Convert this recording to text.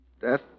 Death